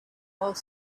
whole